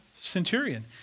centurion